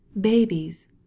Babies